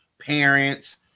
parents